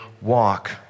walk